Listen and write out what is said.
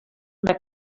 una